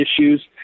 issues